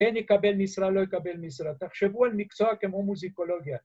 ‫כן יקבל משרה, לא יקבל משרה. ‫תחשבו על מקצוע כמו מוזיקולוגיה.